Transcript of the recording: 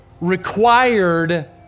required